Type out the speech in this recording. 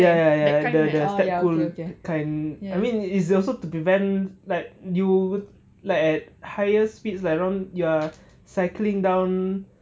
ya ya ya the step cool kind I mean is also to prevent like you like at higher speeds like around you are cycling down